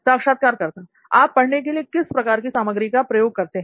साक्षात्कारकर्ता आप पढ़ने के लिए किस प्रकार की सामग्री का प्रयोग करते हैं